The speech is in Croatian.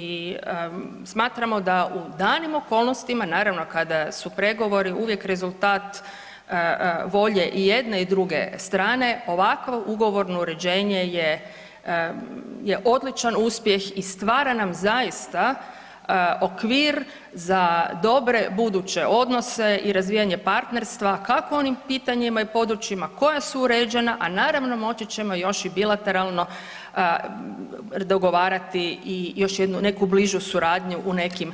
I smatramo da u danim okolnostima, naravno kada su pregovori uvijek rezultat volje i jedne i druge strane ovakvo ugovorno uređenje je, je odličan uspjeh i stvara nam zaista okvir za dobre buduće odnose i razvijanje partnerstva, kako u onim pitanjima i područjima koja su uređena, a naravno moći ćemo još i bilateralno dogovarati i još jednu neku bližu suradnju u nekim